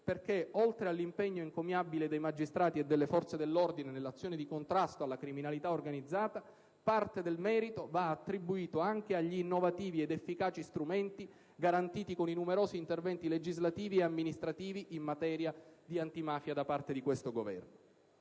perché, oltre all'impegno encomiabile dei magistrati e delle forze dell'ordine nell'azione di contrasto alla criminalità organizzata, parte del merito va attribuito anche agli innovativi ed efficaci strumenti garantiti con i numerosi interventi legislativi e amministrativi in materia di antimafia da parte di questo Governo.